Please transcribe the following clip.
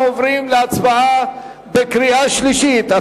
אנחנו עוברים להצבעה בקריאה שלישית על